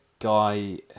Guy